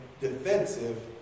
defensive